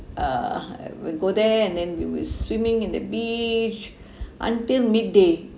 err we go there and then we will swimming in the beach until midday